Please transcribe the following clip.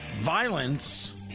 violence